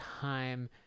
time